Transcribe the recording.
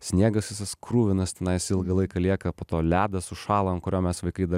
sniegas visas kruvinas tenais ilgą laiką lieka po to ledas užšąla ant kurio mes vaikai dar